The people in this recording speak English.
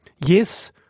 yes